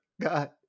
god